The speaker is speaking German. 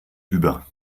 über